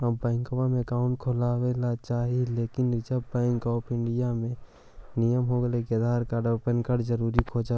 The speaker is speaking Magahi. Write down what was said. आब बैंकवा मे अकाउंट खोलावे ल चाहिए लेकिन रिजर्व बैंक ऑफ़र इंडिया के नियम हो गेले हे आधार कार्ड पैन कार्ड जरूरी खोज है?